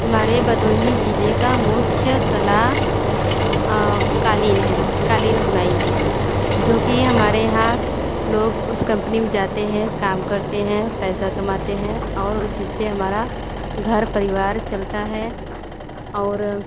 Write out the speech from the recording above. हमारे बदोही ज़िले की मुख्य कला क़ालीन है क़ालीन बुनाई जो कि हमारे यहाँ लोग उस कंपनी में जाते हैं काम करते हैं पैसा कमाते हैं और जिससे हमारा घर परिवार चलता है और